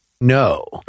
No